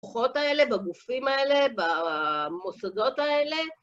בכוחות האלה, בגופים האלה, במוסדות האלה.